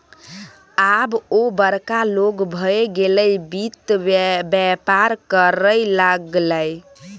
आब ओ बड़का लोग भए गेलै वित्त बेपार करय लागलै